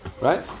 right